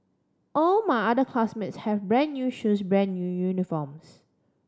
all my other classmates have brand new shoes brand new uniforms